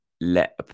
let